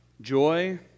Joy